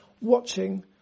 watching